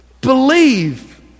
Believe